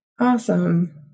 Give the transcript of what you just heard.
Awesome